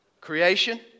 Creation